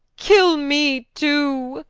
kill me too